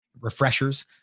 refreshers